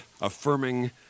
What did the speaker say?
affirming